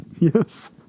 Yes